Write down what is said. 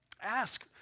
Ask